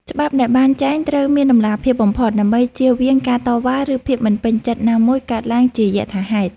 ច្បាប់ដែលបានចែងត្រូវមានតម្លាភាពបំផុតដើម្បីជៀសវាងការតវ៉ា ឬ ភាពមិនពេញចិត្តណាមួយកើតឡើងជាយថាហេតុ។